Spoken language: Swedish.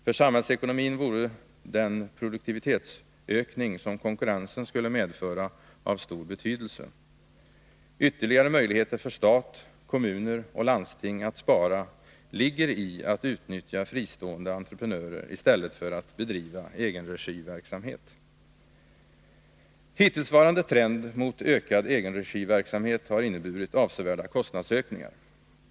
För samhällsekonomin vore den produktivitetsökning som konkurrensen skulle medföra av stor betydelse. Ytterligare möjligheter för stat, kommuner och landsting att spara ligger i att utnyttja fristående entreprenörer i stället för att bedriva egenregiverksamhet. Hittillsvarande trend mot ökad egenregiverksamhet har inneburit avsevärda kostnadsökningar.